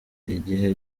igihe